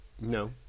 No